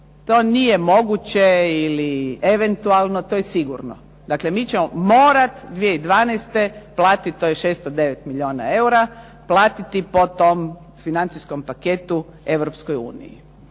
to nije moguće, eventualno to je sigurno. Dakle, mi ćemo morati 2012. platiti, to je 609 milijuna eura, platiti po tom financijskom paketu Europskoj uniji.